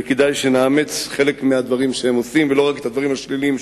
וכדאי שנאמץ חלק מהדברים שהן עושות ולא רק את הדברים השליליים שלהן.